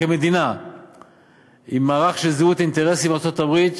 כמדינה עם מערך של זהות אינטרסים בלתי נדלה עם ארצות-הברית,